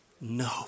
No